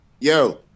Yo